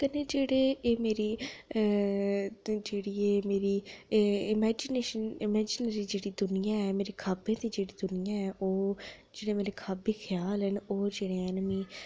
ते में जेह्ड़े मेरी जेह्ड़ी ऐ मेरी इमेजिनेशन इमेजिनेशन दी दुनिया ऐ ते मेरे ख्याबें दी जेह्ड़ी दुनियां ऐ ओह् जेह्ड़े मेरे खयाबे ख्याल न ओह् जेह्ड़े हैन मिगी बड़े